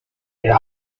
and